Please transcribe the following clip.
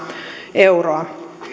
euroa